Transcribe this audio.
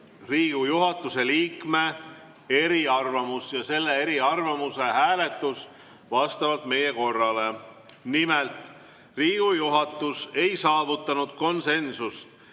juhatuse liikme eriarvamus ja selle eriarvamuse hääletus vastavalt meie korrale. Nimelt, Riigikogu juhatus ei saavutanud konsensust